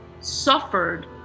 suffered